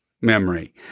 memory